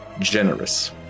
generous